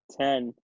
ten